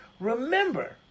Remember